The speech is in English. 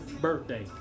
birthday